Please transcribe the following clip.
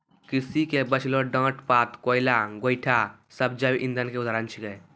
कृषि के बचलो डांट पात, कोयला, गोयठा सब जैव इंधन के उदाहरण छेकै